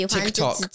TikTok